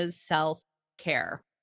self-care